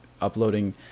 uploading